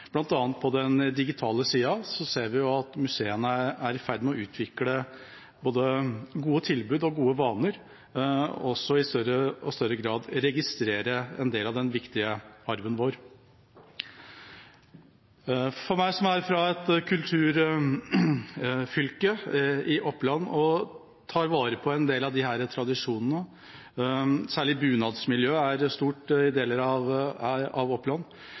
annet på den digitale siden ser vi at museene er i ferd med å utvikle både gode tilbud og gode vaner og også i større og større grad registrerer en del av den viktige arven vår. For meg som er fra et kulturfylke, Oppland, som tar vare på en del av disse tradisjonene – særlig bunadsmiljøet er stort i deler av Oppland – er dette også en viktig næring. Av